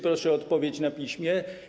Proszę o odpowiedź na piśmie.